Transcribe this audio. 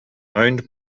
owned